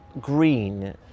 green